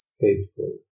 faithful